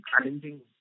challenging